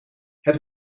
het